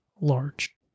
large